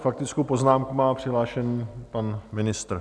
Faktickou poznámku má přihlášenu pan ministr.